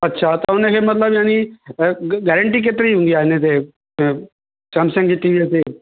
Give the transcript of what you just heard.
अच्छा त हुनखे मतलबु यानि गैरेंटी केतिरी हूंदी आहे हिन ते सैमसंग जी टीवीअ ते